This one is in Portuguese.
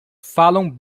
falam